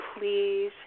please